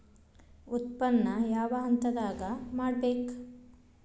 ಉತ್ಪನ್ನ ಯಾವ ಹಂತದಾಗ ಮಾಡ್ಬೇಕ್?